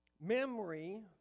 Memory